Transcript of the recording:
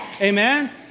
Amen